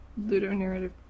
ludonarrative